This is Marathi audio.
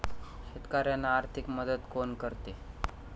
शेतकऱ्यांना आर्थिक मदत कोण करते?